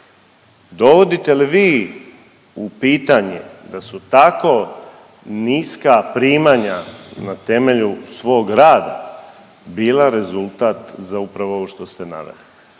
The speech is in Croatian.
Dovodite li vi u pitanje da su tako niska primanja na temelju svog rada bila rezultat za upravo ovo što ste naveli?